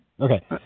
Okay